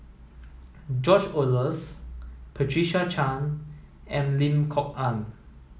George Oehlers Patricia Chan and Lim Kok Ann